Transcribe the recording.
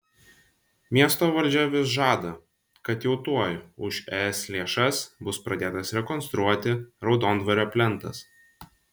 miesto valdžia vis žada kad jau tuoj už es lėšas bus pradėtas rekonstruoti raudondvario plentas